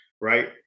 right